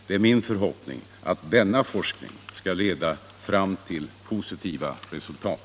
Det är min förhoppning att denna forskning skall leda fram till positiva resultat.